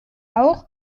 auch